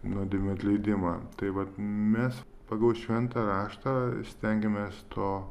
nuodėmių atleidimą tai vat mes pagal šventą raštą stengiamės to